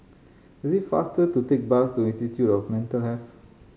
it is faster to take bus to Institute of Mental Health